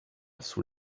sous